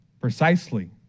precisely